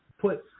put –